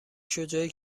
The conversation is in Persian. شجاعی